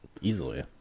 Easily